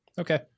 Okay